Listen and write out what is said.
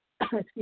Excuse